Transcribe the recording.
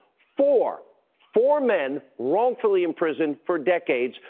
four four men wrongfully imprisoned for decades,